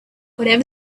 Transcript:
whatever